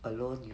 alone you